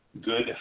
good